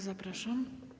Zapraszam.